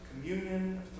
communion